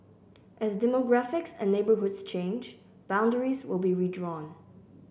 as demographics and neighbourhoods change boundaries will be redrawn